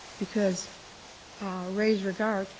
because razor garth,